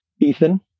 Ethan